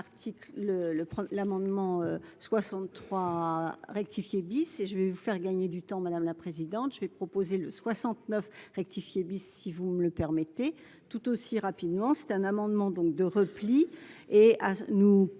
l'amendement 63 rectifier et je vais vous faire gagner du temps, madame la présidente, je vais proposer le soixante-neuf rectifié bis, si vous me le permettez tout aussi rapidement, c'est un amendement donc de repli et nous